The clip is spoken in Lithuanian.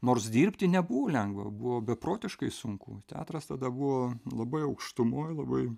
nors dirbti nebuvo lengva buvo beprotiškai sunku teatras tada buvo labai aukštumoj labai